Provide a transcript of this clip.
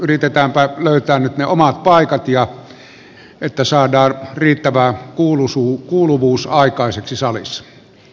yritetäänpä löytää nyt ne omat paikat että saadaan riittävä kuuluvuus aikaiseksi salissa